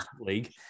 league